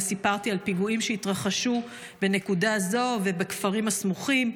וסיפרתי על פיגועים שהתרחשו בנקודה זו ובכפרים הסמוכים,